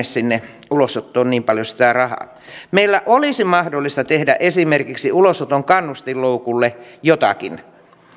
sinne ulosottoon niin paljon sitä rahaa meillä olisi mahdollista tehdä esimerkiksi ulosoton kannustinloukulle jotakin